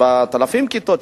4,000 כיתות,